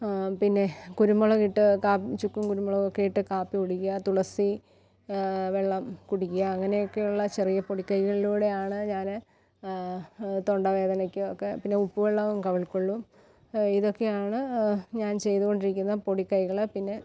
പിന്നെ കുരുമുളകിട്ട ക ചുക്കും കുരുമുളകൊക്കെ ഇട്ട കാപ്പി കുടിക്കുക തുളസി വെള്ളം കുടിക്കുക അങ്ങനെയൊക്കെയുള്ള ചെറിയ പൊടിക്കൈകളിലൂടെയാണ് ഞാന് തൊണ്ടവേദനയ്ക്കൊക്കെ പിന്നെ ഉപ്പ് വെള്ളം കവിളിൽ കൊള്ളും ഇതൊക്കെയാണ് ഞാൻ ചെയ്തുകൊണ്ടിരിക്കുന്ന പൊടിക്കൈകള് പിന്നെ